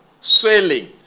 swelling